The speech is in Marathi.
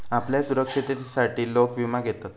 आपल्या सुरक्षिततेसाठी लोक विमा घेतत